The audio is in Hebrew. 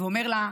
ואומר לה: